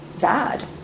bad